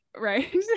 right